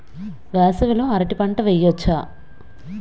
వేసవి లో అరటి పంట వెయ్యొచ్చా?